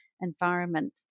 environment